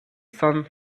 sun